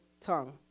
tongue